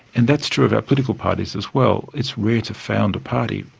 and that's true of our political parties as well it's rare to found a party.